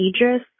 Idris